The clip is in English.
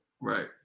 Right